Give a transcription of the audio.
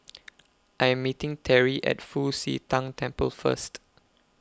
I Am meeting Teri At Fu Xi Tang Temple First